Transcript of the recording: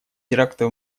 теракты